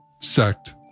sect